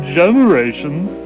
generations